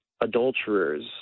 adulterers